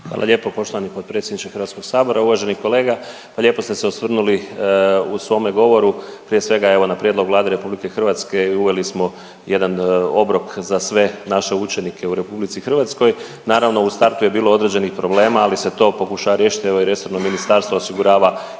Hvala lijepo poštovani potpredsjedniče HS-a, uvaženi kolega, lijepo ste se osvrnuli u svome govoru, prije svega, evo na prijedlog Vlade RH uveli smo jedna obrok za sve naše učenike u RH, naravno, u startu je bilo određenih problema, ali se to pokušava riješit, evo i resorno ministarstvo osigurava